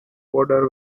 border